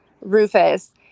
Rufus